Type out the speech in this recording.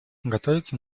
готовится